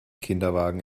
kinderwagen